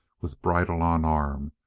with bridle on arm,